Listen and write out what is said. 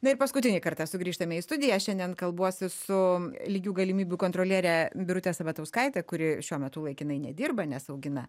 na ir paskutinį kartą sugrįžtame į studiją šiandien kalbuosi su lygių galimybių kontroliere birute sabatauskaite kuri šiuo metu laikinai nedirba nes augina